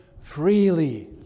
freely